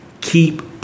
keep